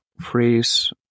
phrase